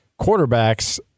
quarterbacks